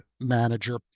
manager